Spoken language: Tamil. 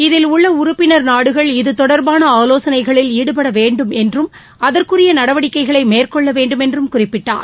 இதில் உள்ள உறுப்பினர் நாடுகள் இதுதொடர்பாள ஆலோசனைகளில் ஈடுபட வேண்டும் என்றும் அதற்குரிய நடவடிக்கைகளை மேற்கொள்ள வேண்டும் என்றும் குறிப்பிட்டார்